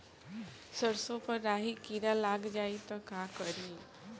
सरसो पर राही किरा लाग जाई त का करी?